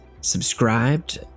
subscribed